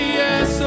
yes